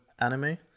anime